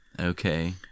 Okay